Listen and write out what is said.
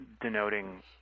denoting